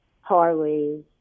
Harleys